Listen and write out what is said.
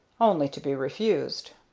only to be refused.